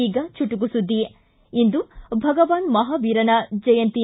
ಈಗ ಚುಟುಕು ಸುದ್ದಿ ಇಂದು ಭಗವಾನ ಮಹಾವೀರ ಜಯಂತಿ